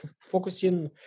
focusing